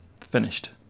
finished